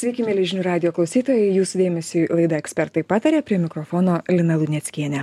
sveiki mieli žinių radijo klausytojai jūsų dėmesiui laida ekspertai pataria prie mikrofono lina luneckienė